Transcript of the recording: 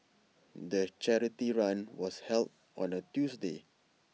the charity run was held on A Tuesday